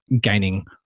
gaining